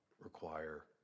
require